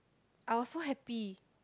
I was so happy